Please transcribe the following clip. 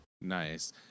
Nice